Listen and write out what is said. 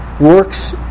works